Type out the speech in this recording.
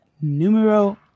numero